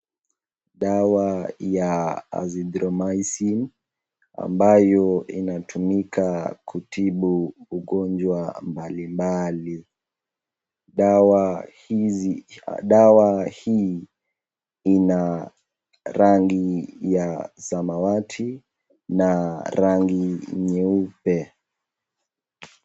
Dawa ya Azithromycin ambayo inatumika kutibu ugonjwa mbalimbali. Dawa hizi dawa hii ina rangi ya samawati na rangi nyeupe.